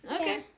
Okay